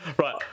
right